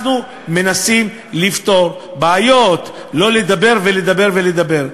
אנחנו מנסים לפתור בעיות, לא לדבר ולדבר ולדבר.